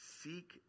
seek